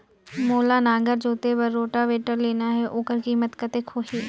मोला नागर जोते बार रोटावेटर लेना हे ओकर कीमत कतेक होही?